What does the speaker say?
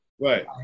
Right